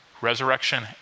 Resurrection